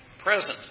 present